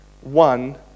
one